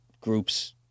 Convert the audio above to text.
groups